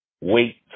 wait